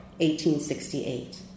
1868